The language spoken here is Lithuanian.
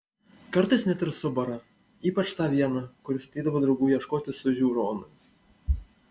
kartais net ir subara ypač tą vieną kuris ateidavo draugų ieškoti su žiūronais